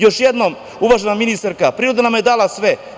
Još jednom, uvažena ministarka, priroda nam je dala sve.